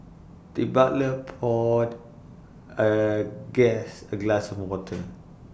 the butler poured A guest A glass of water